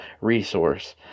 resource